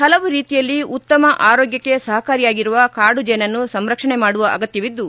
ಹಲವು ರೀತಿಯಲ್ಲಿ ಉತ್ತಮ ಆರೋಗ್ಟಕ್ಕೆ ಸಹಕಾರಿಯಾಗಿರುವ ಕಾಡುಜೀನನ್ನು ಸಂರಕ್ಷಣೆ ಮಾಡುವ ಅಗತ್ತವಿದ್ದು